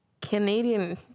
Canadian